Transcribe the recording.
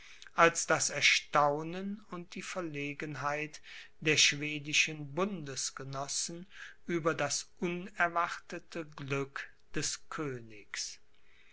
als das erstaunen und die verlegenheit der schwedischen bundesgenossen über das unerwartete glück des königs